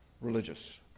Religious